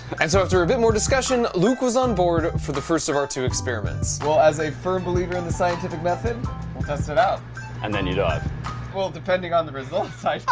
and so after a bit more discussion luke was on board for the first of our two experiments well as a firm believer in the scientific method, we'll test it out and then you'll dive well, depending on the results i